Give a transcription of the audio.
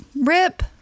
Rip